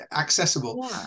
accessible